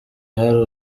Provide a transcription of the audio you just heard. hari